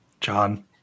John